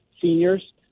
Seniors